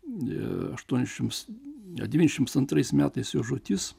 a aštuoniasdešims ne dvidešims antrais metais jo žūtis